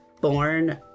born